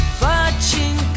watching